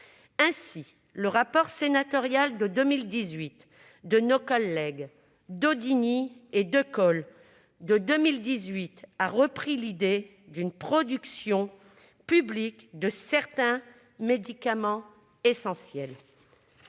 Ainsi, le rapport sénatorial de 2018 de nos collègues Daudigny et Decool a repris l'idée d'une production publique de certains médicaments essentiels.